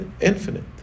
infinite